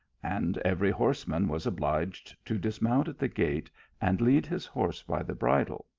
and every horseman was obliged to dismount at the gate and lead his horse by the bridle.